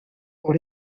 pour